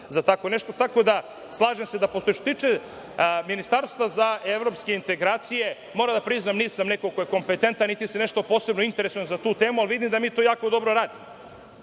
za tako nešto. Što se tiče ministarstva za evropske integracije, moram da priznam da nisam neko ko je kompetentan, niti se nešto posebno interesujem za tu temu, ali, vidim da mi to jako dobro radimo